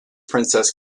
princess